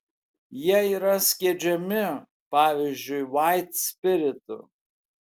jie yra skiedžiami pavyzdžiui vaitspiritu